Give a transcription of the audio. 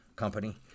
company